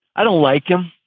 i don't like him.